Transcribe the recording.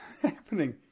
Happening